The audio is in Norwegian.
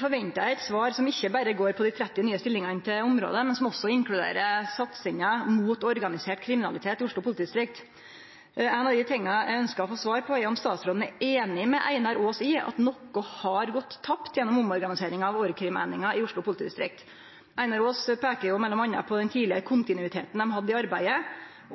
forventar eit svar som ikkje berre går på dei 30 nye stillingane til området, men som også inkluderer satsinga mot organisert kriminalitet i Oslo politidistrikt. Noko av det eg ønskjer å få svar på, er om statsråden er einig med Einar Aas i at noko har gått tapt gjennom omorganiseringa av org.krim.-eininga i Oslo politidistrikt. Einar Aas peiker m.a. på den tidlegare kontinuiteten dei hadde i arbeidet,